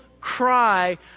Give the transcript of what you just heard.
cry